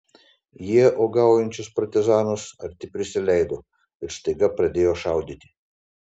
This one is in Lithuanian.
jie uogaujančius partizanus arti prisileido ir staiga pradėjo šaudyti